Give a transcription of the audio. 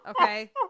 okay